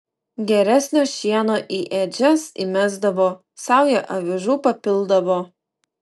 geresnio šieno į ėdžias įmesdavo saują avižų papildavo